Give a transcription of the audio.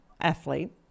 athlete